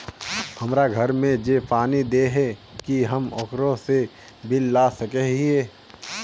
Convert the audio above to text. हमरा घर में जे पानी दे है की हम ओकरो से बिल ला सके हिये?